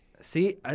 See